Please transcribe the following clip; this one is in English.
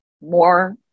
more